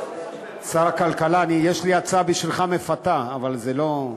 שר הכלכלה, יש לי הצעה מפתה בשבילך, אבל זה לא,